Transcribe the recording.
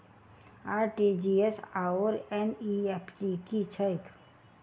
RTGS आओर NEFT की छैक?